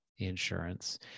insurance